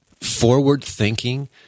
forward-thinking